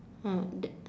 mm that